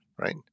right